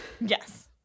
Yes